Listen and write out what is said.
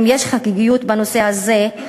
אם יש חגיגיות בנושא הזה,